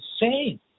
insane